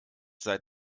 seit